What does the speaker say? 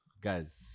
guys